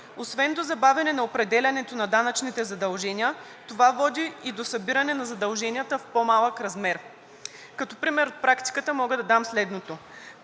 Освен до забавяне на определянето на данъчните задължения това води и до събиране на задълженията в по-малък размер. Като пример от практиката мога да дам следното